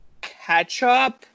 Ketchup